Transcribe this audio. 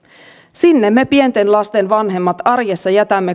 sinne me pienten lasten vanhemmat arjessa jätämme